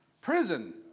Prison